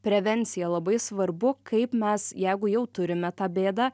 prevencija labai svarbu kaip mes jeigu jau turime tą bėdą